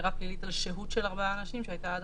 עבירה פלילית על שהות שלל ארבעה אנשים כפי שהייתה עד